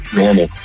normal